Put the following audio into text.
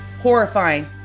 horrifying